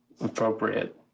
appropriate